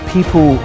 People